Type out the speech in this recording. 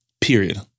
Period